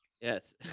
Yes